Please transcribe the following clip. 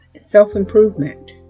self-improvement